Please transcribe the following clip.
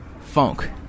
Funk